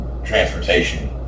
transportation